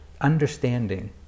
understanding